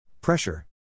Pressure